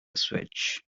switch